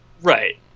Right